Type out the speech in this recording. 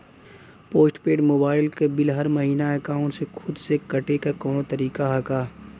Post paid mobile क bill हर महिना एकाउंट से खुद से कटे क कौनो तरीका ह का?